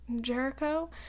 Jericho